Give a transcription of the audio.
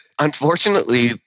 Unfortunately